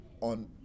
on